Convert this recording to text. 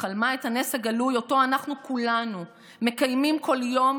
שחלמה את הנס הגלוי שאותו אנחנו כולנו מקיימים כל יום,